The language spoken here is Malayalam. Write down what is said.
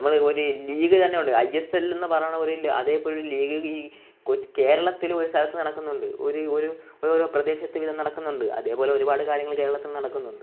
നമ്മൾ ഒരു ലീഗ് തന്നെ ഉണ്ട് ഐ എസ് എല്ലെന്നു പറയണ പോലെ അതേപോലൊരു ലീഗ് ഈ കൊ കേരളത്തിലും ഒരു സ്ഥലത്ത് നടക്കുന്നുണ്ട് ഒരു ഒരു പ്രദേശത്തുവീതം നടക്കുന്നുണ്ട് അതേപോലെ ഒരുപാട് കാര്യങ്ങൾ കേരളത്തിൽ നടക്കുന്നുണ്ട്